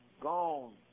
gone